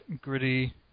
gritty